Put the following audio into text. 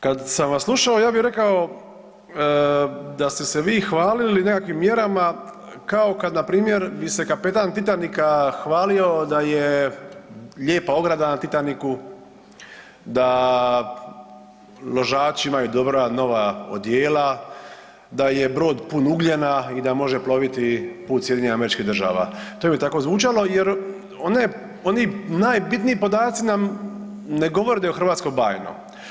Kada sam vas slušao ja bih rekao da ste se vi hvalili nekakvim mjerama kao kada npr. bi se kapetan Titanika hvalio da je lijepa ograda na Titaniku, da ložači imaju dobra nova odijela, da je brod pun ugljena i da može ploviti put SAD-a, to bi tako zvučalo jer oni najbitniji podaci nam ne govore da je u Hrvatskoj bajno.